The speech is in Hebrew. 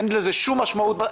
אין לזה שום משמעות.